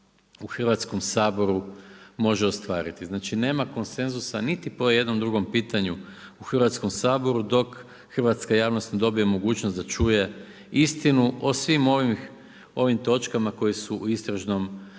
u Hrvatskom saboru može ostvariti. Znači nema konsenzusa niti po jednom drugom pitanju u Hrvatskom saboru dok hrvatska javnost ne dobije mogućnost da čuje istinu o svim ovim točkama koje su u istražnom